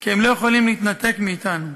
כי הם לא יכולים להתנתק מאתנו.